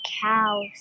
cows